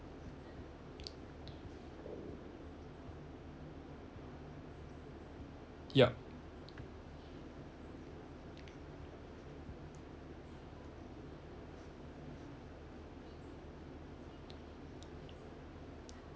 yup